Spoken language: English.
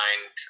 mind